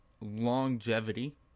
longevity